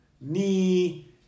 knee